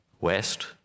West